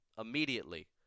immediately